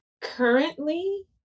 Currently